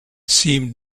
seemed